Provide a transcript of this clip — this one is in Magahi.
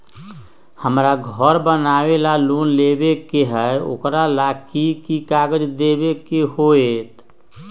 हमरा घर बनाबे ला लोन लेबे के है, ओकरा ला कि कि काग़ज देबे के होयत?